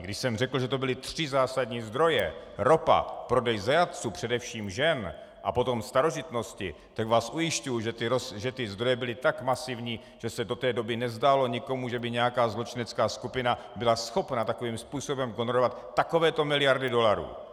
Když jsem řekl, že to byly tři zásadní zdroje ropa, prodej zajatců, především žen, a potom starožitnosti tak vás ujišťuji, že ty zdroje byly tak masivní, že se do té doby nikomu nezdálo, že by nějaká zločinecká skupina byla schopna takovým způsobem takovéto miliardy dolarů.